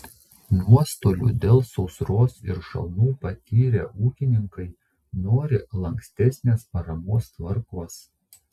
nuostolių dėl sausros ir šalnų patyrę ūkininkai nori lankstesnės paramos tvarkos